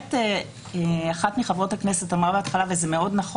אחת מחברות הכנסת אמרה בהתחלה, וזה נכון מאוד,